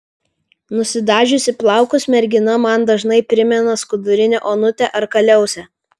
nusidažiusi plaukus mergina man dažnai primena skudurinę onutę ar kaliausę